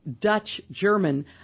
Dutch-German